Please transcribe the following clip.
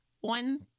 one